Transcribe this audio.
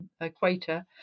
equator